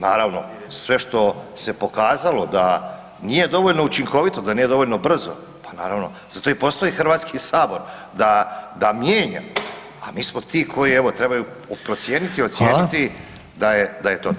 Naravno, sve što se pokazalo da nije dovoljno učinkovito, da nije dovoljno brzo, pa naravno zato i postoji Hrvatski sabora da mijenja, a mi smo ti koji evo trebaju procijeniti, ocijeniti [[Upadica: Hvala.]] da je to tako.